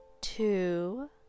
two